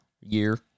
year